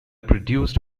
produced